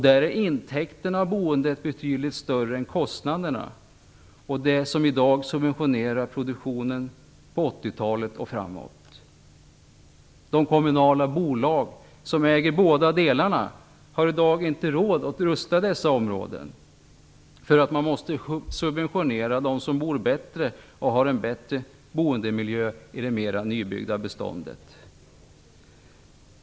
Där är intäkterna av boendet betydligt större än kostnaderna, vilka i dag subventionerar produktionen från 80-talet och framåt. De kommunala bolag som äger båda delarna har i dag inte råd att rusta dessa områden, därför att man måste subventionera dem som bor bättre och har en bättre boendemiljö i det nybyggda beståndet.